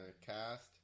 cast